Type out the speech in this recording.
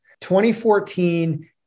2014